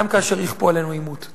גם כאשר יכפו עלינו עימות.